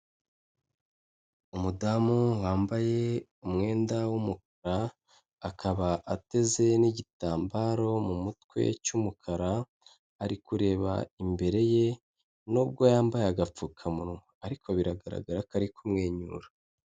Umudamu wambaye umwenda w'umukara akaba ateze n'igitambaro mu mutwe cy'umukara ari kureba imbere ye nubwo yambaye agapfukamunwa ariko biragaragara ko ari kumwenyura.